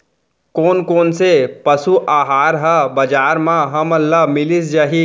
कोन कोन से पसु आहार ह बजार म हमन ल मिलिस जाही?